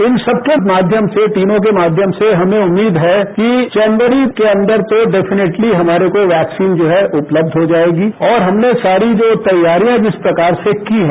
इन सबके माध्यम से तीनों के माध्यम से हमेंउम्मीद है कि जनवरी के अंदर तो डेफिनेटली हमारे को वैक्सीन जो है उपलब्ध हो जाएगीऔर हमने सारी जो तैयारियां जिस प्रकार से की हैं